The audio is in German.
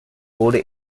wurde